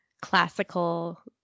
classical